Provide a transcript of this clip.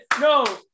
no